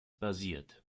basiert